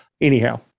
Anyhow